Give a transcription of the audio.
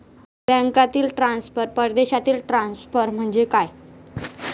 बँकांतील ट्रान्सफर, परदेशातील ट्रान्सफर म्हणजे काय?